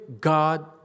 God